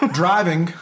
driving